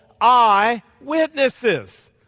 eyewitnesses